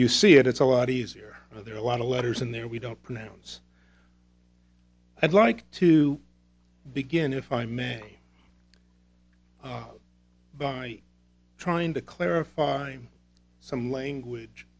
you see it it's a lot easier there are a lot of letters in there we don't pronounce i'd like to begin if i may by trying to clarify some language